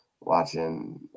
watching